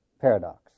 paradox